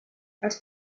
els